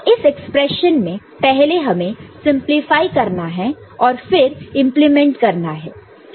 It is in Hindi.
तो इस एक्सप्रेशन में पहले हमें सिंपलीफाई करना है और फिर इंप्लीमेंट करना है